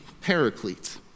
paraclete